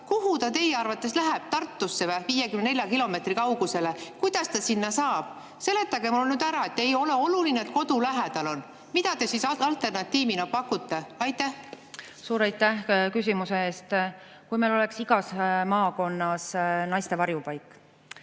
Kuhu ta teie arvates läheb? Kas Tartusse, 54 kilomeetri kaugusele? Kuidas ta sinna saab? Seletage mulle ära, miks ei ole oluline, et [varjupaik] kodu lähedal asuks. Mida te siis alternatiivina pakute? Suur aitäh küsimuse eest! Kui meil oleks igas maakonnas naiste varjupaik,